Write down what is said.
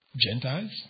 Gentiles